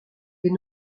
est